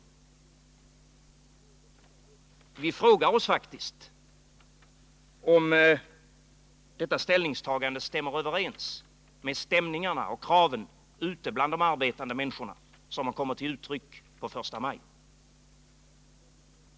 Vi frågar oss faktiskt om detta ställningstagande stämmer överens med stämningarna och kraven ute bland de arbetande människorna, såsom de kom till uttryck första maj.